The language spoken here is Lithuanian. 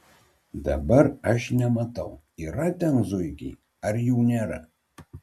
dabar aš nematau yra ten zuikiai ar jų nėra